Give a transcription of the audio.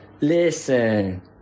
Listen